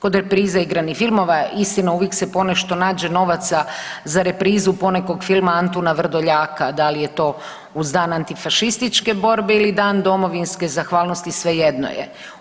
Kod reprize igranih filmova istina uvijek se ponešto nađe novaca za reprizu ponekog filma Antuna Vrdoljaka, da li je to uz Dan antifašističke borbe ili Dan domovinske zahvalnosti, svejedno je.